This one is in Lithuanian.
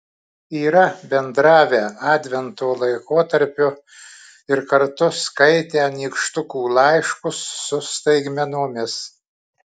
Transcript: yra bendravę advento laikotarpiu ir kartu skaitę nykštukų laiškus su staigmenomis